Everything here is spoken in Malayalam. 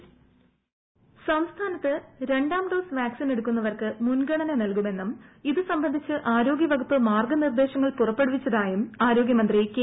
പ്രിയി വോയ്സ് സംസ്ഥാനത്ത് രണ്ടാം ഡോസ്സ് പാക്സിൻ എടുക്കുന്നവർക്ക് മുൻഗണന നൽകുമെന്നും ഇതുസംബന്ധിച്ച് ആരോഗ്യ വകുപ്പ് മാർഗ നിർദേശങ്ങൾ പുറപ്പെടുപ്പിച്ചതായും ആരോഗ്യ മന്ത്രി കെ